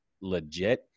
legit